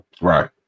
Right